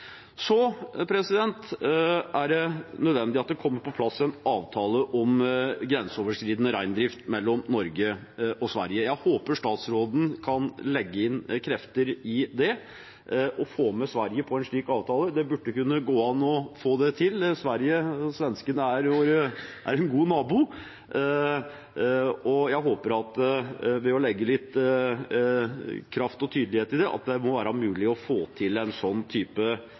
Så vil jeg nevne Riksrevisjonens rapport og de anbefalingene de gir: Informasjonstiltak, fjernundervisningstilbud, å sørge for tiltak som kan gi flere lærerstudenter, og utvikling av samiske læremidler er noen eksempler. Det er nødvendig at det kommer på plass en avtale mellom Norge og Sverige om grenseoverskridende reindrift. Jeg håper statsråden kan legge inn krefter i det og få med Sverige på en slik avtale. Det burde kunne gå an å få til. Svenskene er jo en god nabo, og jeg håper at det – ved å legge litt